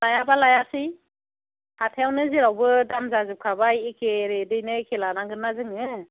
लायाबा लायासै हाथाइआवनो जेरावबो दाम जाजोबखाबाय एके रेदैनो एके लानांगोन ना जोङो